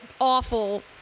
awful